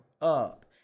up